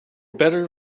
better